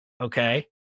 okay